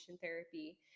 therapy